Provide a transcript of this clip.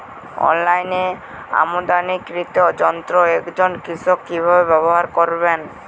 অনলাইনে আমদানীকৃত যন্ত্র একজন কৃষক কিভাবে ব্যবহার করবেন?